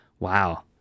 wow